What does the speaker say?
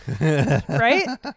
Right